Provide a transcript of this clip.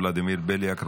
ולדימיר בליאק,